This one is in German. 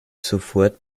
sofort